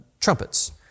trumpets